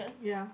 ya